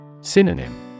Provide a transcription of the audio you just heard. Synonym